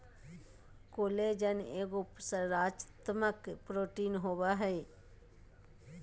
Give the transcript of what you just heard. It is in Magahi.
कोलेजन एगो संरचनात्मक प्रोटीन होबैय हइ